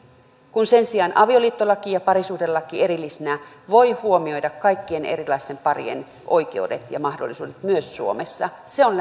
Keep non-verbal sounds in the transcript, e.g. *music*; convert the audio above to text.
kun sen sijaan avioliittolaki ja parisuhdelaki erillisinä voivat huomioida kaikkien erilaisten parien oikeudet ja mahdollisuudet myös suomessa se on *unintelligible*